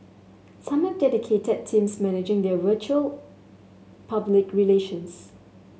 some have dedicated teams managing their virtual public relations